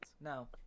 No